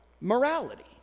morality